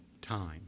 time